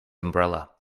umbrella